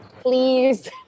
please